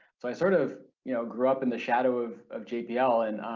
so i sort of you know grew up in the shadow of of jpl and